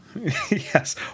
Yes